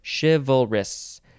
chivalrous